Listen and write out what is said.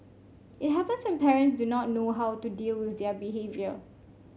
it happens when parents do not know how to deal with their behaviour